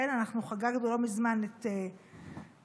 חגגנו לא מזמן את חנוכה,